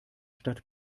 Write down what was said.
stadt